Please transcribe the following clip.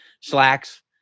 slacks